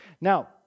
now